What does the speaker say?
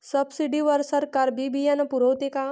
Subsidy वर सरकार बी बियानं पुरवते का?